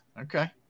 Okay